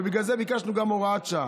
ובגלל זה ביקשנו גם הוראת שעה.